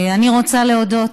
אני רוצה להודות,